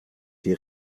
die